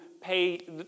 pay